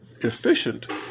efficient